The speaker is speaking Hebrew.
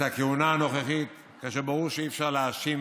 את הכהונה הנוכחית, כאשר ברור שאי-אפשר להאשים